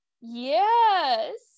Yes